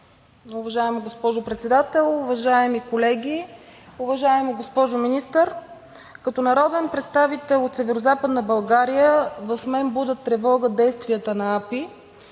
Уважаема госпожо Председател, уважаеми колеги! Уважаема госпожо Министър, като народен представител от Северозападна България, в мен будят тревога действията на АПИ,